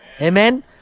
Amen